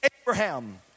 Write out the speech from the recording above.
Abraham